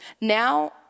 Now